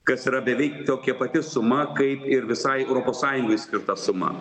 kas yra beveik tokia pati suma kaip ir visai europos sąjungai skirta suma